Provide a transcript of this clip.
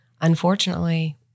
Unfortunately